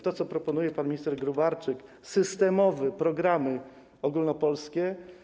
To, co proponuje pan minister Gróbarczyk, to systemowe programy ogólnopolskie.